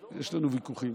יש לנו ויכוחים.